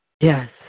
Yes